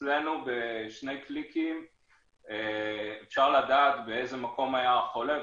אצלנו בשני קליקים אפשר לדעת באיזה מקום היה החולה.